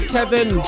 Kevin